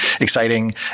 exciting